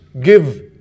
give